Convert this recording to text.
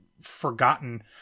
forgotten